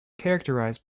characterized